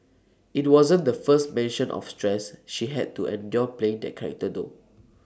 IT wasn't the first mention of stress she had to endure playing that character though